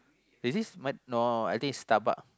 they say is no I think is Starbucks